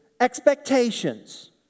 expectations